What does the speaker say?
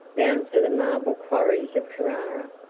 bound for the marble quarries of carrara.